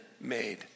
made